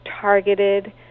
targeted